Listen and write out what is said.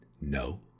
No